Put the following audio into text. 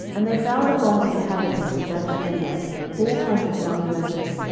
and they found among the inhabitants of jabeshgilead four hundred young virgins,